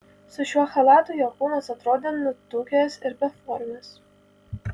su šiuo chalatu jo kūnas atrodė nutukęs ir beformis